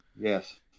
yes